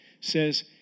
says